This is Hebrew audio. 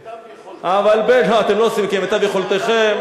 כמיטב יכולתנו, אתם לא עושים כמיטב יכולתכם.